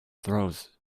throws